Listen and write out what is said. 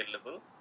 available